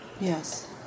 Yes